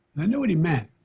i knew what he meant.